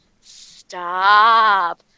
stop